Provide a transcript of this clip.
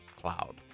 cloud